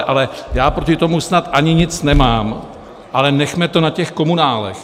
Ale já proti tomu snad ani nic nemám, ale nechme to na těch komunálech.